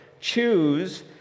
choose